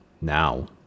Now